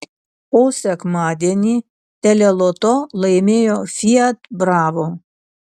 o sekmadienį teleloto laimėjo fiat bravo